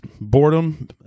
boredom